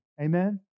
Amen